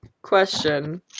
Question